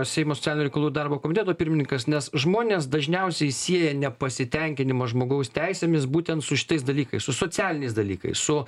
seimo socialinių reikalų ir darbo komiteto pirmininkas nes žmonės dažniausiai sieja nepasitenkinimą žmogaus teisėmis būtent su šitais dalykais su socialiniais dalykais su